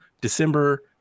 December